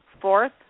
fourth